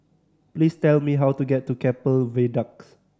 please tell me how to get to Keppel Viaduct